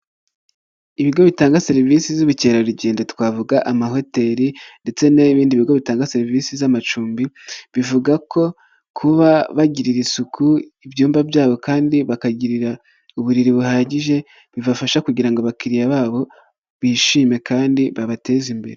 Ibigo bitanga serivisi z'ubukerarugendo twavuga amahoteli ndetse n'ibindi bigo bitanga serivisi z'amacumbi bivuga ko kuba bagirira isuku ibyumba byabo kandi bakagirira uburiri buhagije bibafasha kugira abakiriya babo bishime kandi babateze imbere.